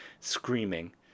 screaming